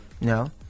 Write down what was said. no